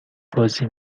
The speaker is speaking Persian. بازی